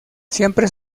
siempre